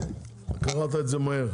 קראת את זה מהר,